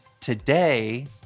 today